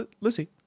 Lucy